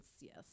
Yes